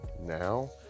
now